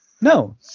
no